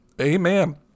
amen